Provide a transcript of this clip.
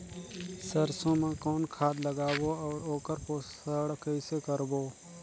सरसो मा कौन खाद लगाबो अउ ओकर पोषण कइसे करबो?